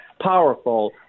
powerful